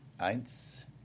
Eins